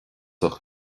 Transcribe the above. ucht